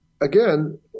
again